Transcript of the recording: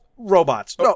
Robots